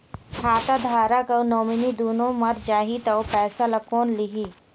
खाता धारक अऊ नोमिनि दुनों मर जाही ता ओ पैसा ला कोन लिही?